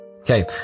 Okay